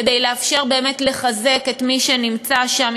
כדי לאפשר לחזק את מי שנמצא שם.